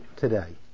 Today